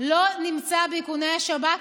לא נמצא באיכוני השב"כ,